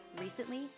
Recently